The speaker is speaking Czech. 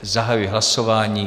Zahajuji hlasování.